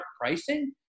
pricing